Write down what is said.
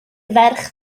ferch